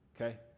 okay